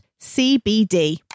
CBD